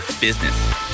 business